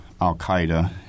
Al-Qaeda